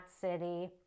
city